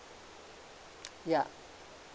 ya